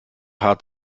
hart